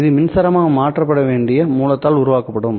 இது மின்சாரமாக மாற்றப்பட வேண்டிய மூலத்தால் உருவாக்கப்படும்